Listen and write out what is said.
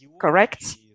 correct